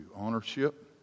ownership